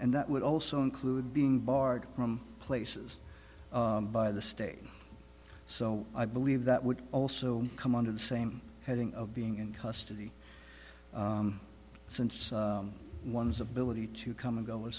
and that would also include being barred from places by the state so i believe that would also come under the same heading of being in custody since one's ability to come and go